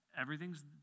everything's